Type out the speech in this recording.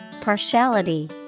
partiality